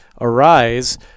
arise